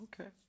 Okay